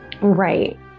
Right